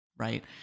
Right